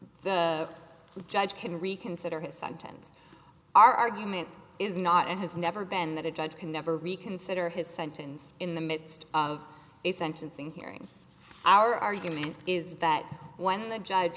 the judge can reconsider his sentence our argument is not and has never been that a judge can never reconsider his sentence in the midst of a sentencing hearing our argument is that when the judge